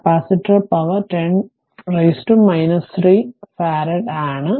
അതിനാൽ കപ്പാസിറ്റർ പവറിന് 10 ആണ് 3 ഫറാഡും 8000